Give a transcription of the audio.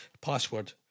password